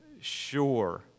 sure